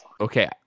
Okay